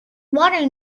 water